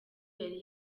yari